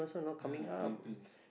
ya Philippines